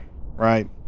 right